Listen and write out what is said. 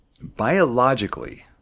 biologically